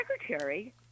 secretary